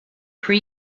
pre